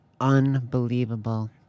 unbelievable